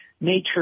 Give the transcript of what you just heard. nature